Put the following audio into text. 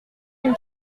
une